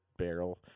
Barrel